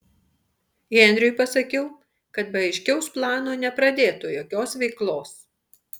henriui pasakiau kad be aiškaus plano nepradėtų jokios veiklos